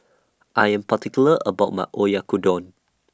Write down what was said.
I Am particular about My Oyakodon